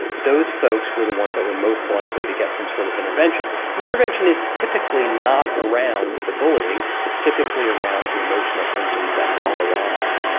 those folks were the ones that were most likely to get some sort of intervention. and the intervention is typically not around the bullying, it's typically around the emotional symptoms that follow on that.